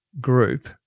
group